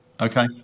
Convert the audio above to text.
Okay